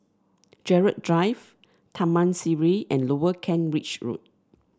Gerald Drive Taman Sireh and Lower Kent Ridge Road